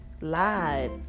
Lied